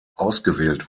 ausgewählt